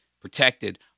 protected